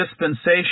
dispensation